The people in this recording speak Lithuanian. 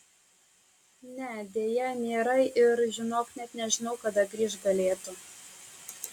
ne deja nėra ir žinok net nežinau kada grįžt galėtų